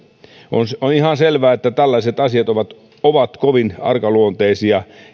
on ihan selvää että tällaiset asiat ovat kovin arkaluonteisia